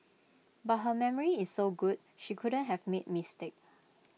but her memory is so good she couldn't have made mistake